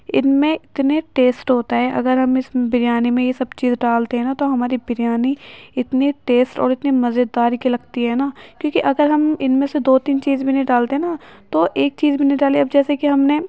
ان میں اتنے ٹیسٹ ہوتا ہے اگر ہم اس میں بریانی میں یہ سب چیز ڈالتے ہیں نا تو ہماری بریانی اتنی ٹیسٹ اور اتنی مزیدار کی لگتی ہے نا کیونکہ اگر ہم ان میں سے دو تین چیز بھی نہیں ڈالتے ہیں نا تو ایک چیز بھی نہیں ڈالی اب جیسے کہ ہم نے